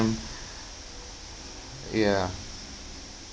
ya